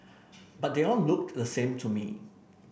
but they all looked the same to me